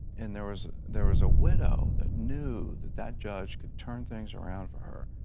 and there was there was a widow that knew that that judge could turn things around for her.